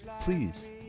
please